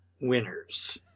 winners